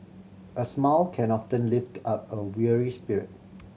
a smile can often lift up a weary spirit